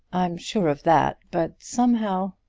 i'm sure of that, but somehow